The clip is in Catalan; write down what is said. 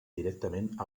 directament